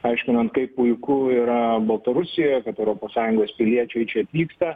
aiškinant kaip puiku yra baltarusijoje kad europos sąjungos piliečiai čia atvyksta